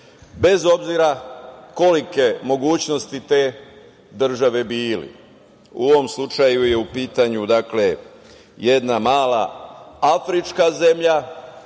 bez obzira kolike mogućnosti te države bili.U ovom slučaju je u pitanju jedna mala afrička zemlja